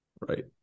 Right